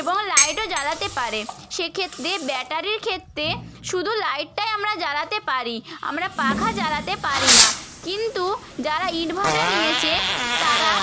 এবং লাইটও জ্বালাতে পারে সে ক্ষেত্রে ব্যাটারির ক্ষেত্রে শুধু লাইটটাই আমরা জ্বালাতে পারি আমরা পাখা জ্বালাতে পারি না কিন্তু যারা ইনভার্টারে নিয়েছে তারা